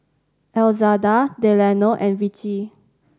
Elzada Delano and Vicie